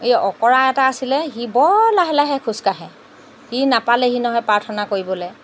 এই অঁকৰা এটা আছিলে সি বৰ লাহে লাহে খোজ কাঢ়ে সি নাপালেহি নহয় প্ৰাৰ্থনা কৰিবলৈ